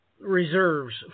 reserves